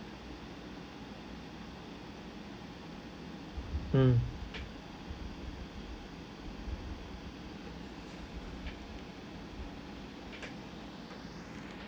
mm